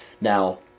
Now